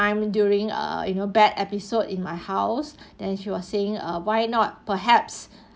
time during err you know bad episode in my house then she was saying ah why not perhaps